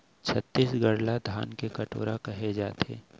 छत्तीसगढ़ ल धान के कटोरा कहे जाथे